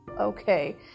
okay